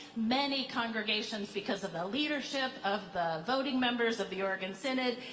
many congregations, because of the leadership of the voting members of the oregon synod,